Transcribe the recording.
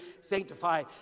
sanctify